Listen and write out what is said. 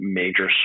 major